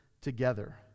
together